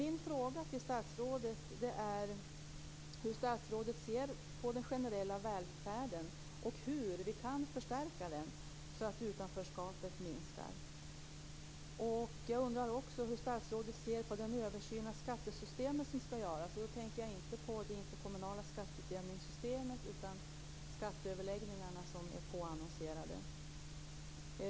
Min fråga till statsrådet gäller därför hur statsrådet ser på den generella välfärden och hur vi kan förstärka den så att utanförskapet minskar. Jag undrar också hur statsrådet ser på den översyn på skattesystemet som skall göras. Då tänker jag inte på det interkommunala skatteutjämningssystemet utan på de skatteöverläggningar som är påannonserade.